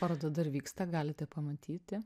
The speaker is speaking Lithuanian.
paroda dar vyksta galite pamatyti